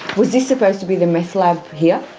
was this supposed to be the meth lab here?